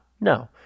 No